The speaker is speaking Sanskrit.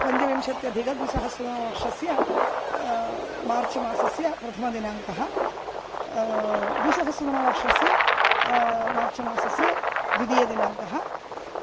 पञ्चविंशत्यधिक द्विसहस्रतमवर्षस्य मार्च् मासस्य प्रथमदिनाङ्कः द्विसहस्रतमवर्षस्य मार्च् मासस्य द्वितीयदिनाङ्कः